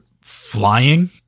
flying